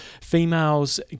females